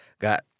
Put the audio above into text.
got